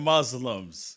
Muslims